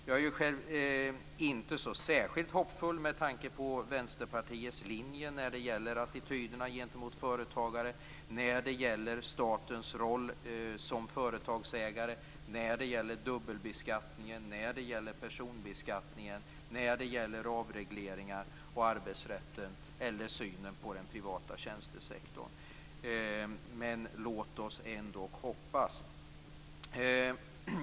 Jag är själv inte särskilt hoppfull med tanke på Vänsterpartiets linje när det gäller attityderna gentemot företagare, när det gäller statens roll som företagsägare, när det gäller dubbelbeskattningen, när det gäller personbeskattningen, när det gäller avregleringar och arbetsrätten eller synen på den privata tjänstesektorn. Men låt oss ändå hoppas.